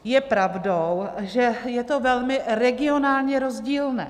Je pravdou, že je to velmi regionálně rozdílné.